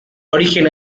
origen